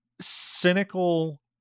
cynical